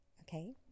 Okay